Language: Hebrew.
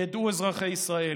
ידעו אזרחי ישראל: